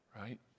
right